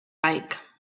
bike